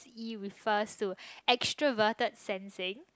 E refer to extraverted sensing